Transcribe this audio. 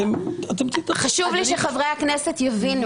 חשוב לי שחברי הכנסת יבינו,